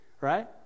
right